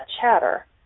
chatter